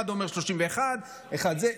אחד אומר ב-31, אחד אומר זה,